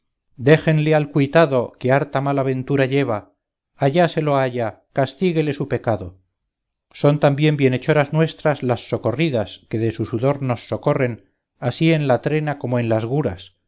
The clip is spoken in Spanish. déjenle al cuitado que harta mala ventura lleva allá se lo haya castíguele su pecado son también bienhechoras nuestras las socorridas que de su sudor nos socorren ansí en la trena como en las guras